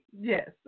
Yes